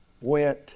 went